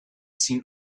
seen